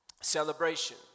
Celebration